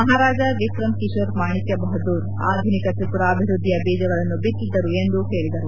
ಮಹಾರಾಜ ವಿಕ್ರಮ ಕಿಶೋರ್ ಮಾಣಿಕ್ಯ ಬಹದ್ದೂರ್ ಆಧುನಿಕ ತ್ರಿಪುರಾ ಅಭಿವೃದ್ದಿಯ ಬೀಜಗಳನ್ನು ಬಿತ್ತಿದ್ದರು ಎಂದು ಹೇಳಿದರು